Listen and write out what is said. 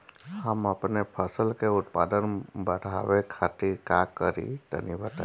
हम अपने फसल के उत्पादन बड़ावे खातिर का करी टनी बताई?